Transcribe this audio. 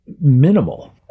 minimal